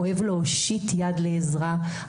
אוהב להושיט יד לעזרה,